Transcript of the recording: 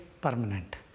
permanent